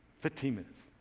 fifteen minutes.